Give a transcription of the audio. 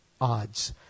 odds